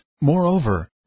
moreover